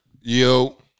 Yo